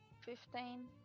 Fifteen